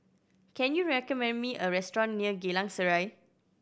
can you recommend me a restaurant near Geylang Serai